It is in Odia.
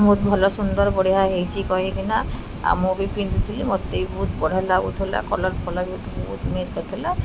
ବହୁତ ଭଲ ସୁନ୍ଦର ବଢ଼ିଆ ହେଇଛି କହିକିନା ଆଉ ମୁଁ ବି ପିନ୍ଧୁଥିଲି ମତେ ବି ବହୁତ ବଢ଼ିଆ ଲାଗୁଥିଲା କଲର୍ ଫଲର୍ବି ବହୁତ ମ୍ୟାଚ୍ କରିଥିଲା